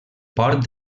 port